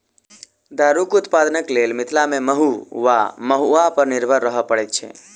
दारूक उत्पादनक लेल मिथिला मे महु वा महुआ पर निर्भर रहय पड़ैत छै